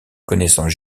connaissances